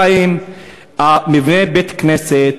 2. מבנה בית-הכנסת